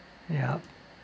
yup